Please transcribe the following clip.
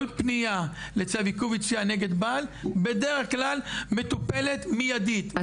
כל פניה לצו עיכוב יציאה נגד בעל בדרך כלל מטופלת מיידית,